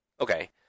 Okay